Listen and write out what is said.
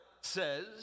says